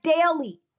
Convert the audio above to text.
daily